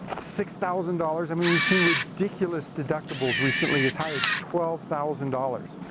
six thousand dollars, i mean we've seen ridiculous deductibles recently, as high as twelve thousand dollars.